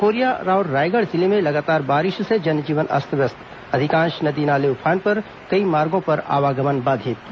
Korea और रायगढ़ जिले में लगातार बारिश से जनजीवन अस्त व्यस्त अधिकांश नदी नाले उफान पर कई मार्गों पर आवागमन बाधित हुआ